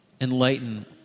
enlighten